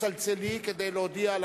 תצלצלי כדי להודיע.